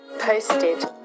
Posted